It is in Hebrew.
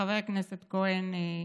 חבר הכנסת כהן,